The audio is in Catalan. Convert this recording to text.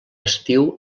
estiu